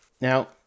Now